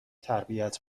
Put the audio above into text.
تربیت